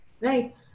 right